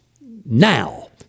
now